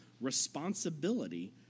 responsibility